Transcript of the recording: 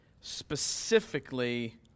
specifically